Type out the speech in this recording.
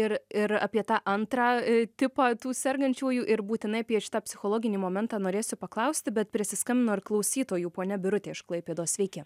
ir ir apie tą antrą tipą tų sergančiųjų ir būtinai apie šitą psichologinį momentą norėsiu paklausti bet prisiskambino ir klausytojų ponia birutė iš klaipėdos sveiki